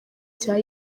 cya